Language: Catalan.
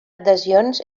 adhesions